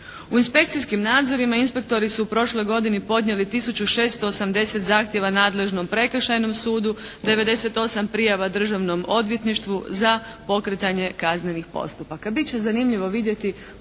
U inspekcijskim nadzorima inspektori su u prošloj godini podnijeli 1680 zahtjeva nadležnom prekršajnom sudu, 98 prijava Državnom odvjetništvu za pokretanje kaznenih postupaka.